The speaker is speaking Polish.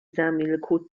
zamilkł